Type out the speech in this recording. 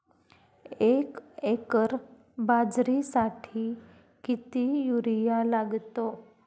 एक एकर बाजरीसाठी किती युरिया लागतो?